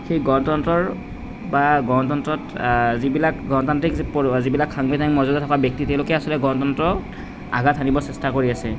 সেই গণতন্ত্ৰৰ বা গণতন্ত্ৰত যিবিলাক গণতান্ত্ৰিক যি পৰ যিবিলাক সাংবিধানিক মৰ্যদা থকা ব্যক্তি তেওঁলোকে আচলতে গণতন্ত্ৰক আঘাত সানিব চেষ্টা কৰি আছে